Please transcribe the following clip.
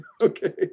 Okay